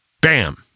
Bam